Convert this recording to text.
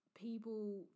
People